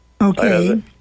Okay